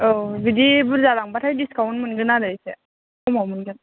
औ बिदि बुरजा लांबाथाय डिसकाउन्ट मोनगोन आरो एसे खमावनो मोनगोन